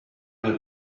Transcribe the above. due